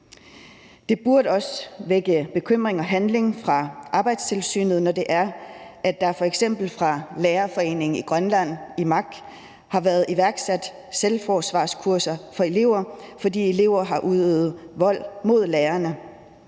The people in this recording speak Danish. Det burde også vække bekymring og handling hos Arbejdstilsynet, når det f.eks. er sådan, at der fra lærerforeningen i Grønland, IMAK, har været iværksat selvforsvarskurser for lærere, fordi elever har udøvet vold mod lærerne.